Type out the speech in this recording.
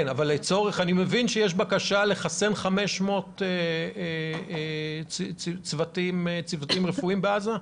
אני מבין שיש בקשה לחסן 500 אנשי צוותים רפואיים בעזה.